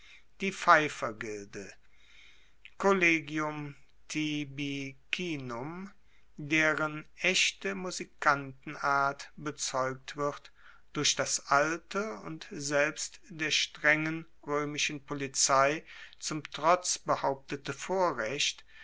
die pfeifergilde deren echte musikantenart bezeugt wird durch das alte und selbst der strengen roemischen polizei zum trotz behauptete vorrecht